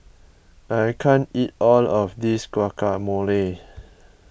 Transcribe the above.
I can't eat all of this Guacamole